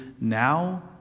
Now